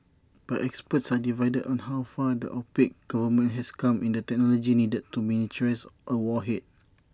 but experts are divided on how far the opaque government has come in the technology needed to miniaturise A warhead